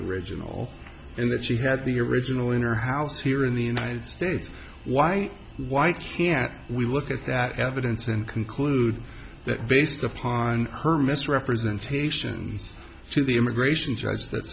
original in that she had the original in her house here in the united states why why can't we look at that evidence and conclude that based upon her misrepresentation to the immigration judge that